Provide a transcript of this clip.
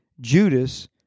Judas